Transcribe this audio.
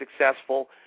successful